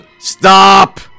Stop